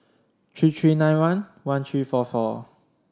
three three nine one one three four four